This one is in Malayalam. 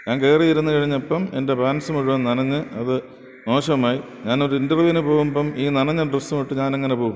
ഞാൻ കയറിയിരുന്നു കഴിഞ്ഞപ്പം എൻ്റെ പാൻസ് മുഴുവൻ നനഞ്ഞ് അത് മോശമായി ഞാനൊരു ഇൻ്റർവ്യൂവിന് പോകുമ്പം ഈ നനഞ്ഞ ഡ്രസ്സ് ഇട്ടു ഞാൻ എങ്ങനെ പോകും